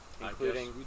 including